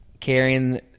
Carrying